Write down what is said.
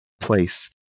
place